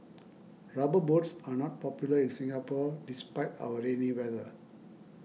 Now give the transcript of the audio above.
rubber boots are not popular in Singapore despite our rainy weather